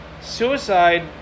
Suicide